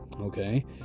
Okay